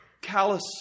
callous